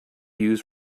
used